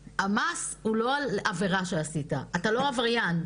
המס הוא לא על עבירה שעשית, אתה לא עבריין.